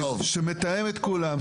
שמתאם את כולם,